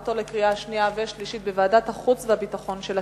להכנתה לקריאה שנייה ושלישית בוועדת החוץ והביטחון של הכנסת.